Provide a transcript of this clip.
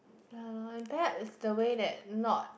ya lah impact is the way they not